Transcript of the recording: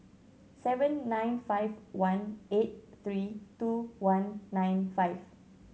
seven nine five one eight three two one nine five